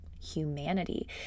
humanity